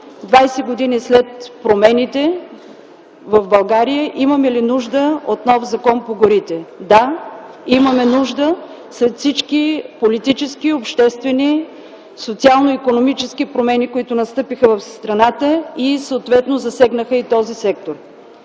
20 г. след промените в България, имаме ли нужда от нов Закон за горите? Да, имаме нужда след всички политически, обществени, социално-икономически промени, които настъпиха в страната и съответно засегнаха и този сектор.